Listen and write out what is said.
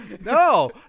No